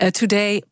today